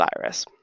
virus